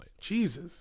Jesus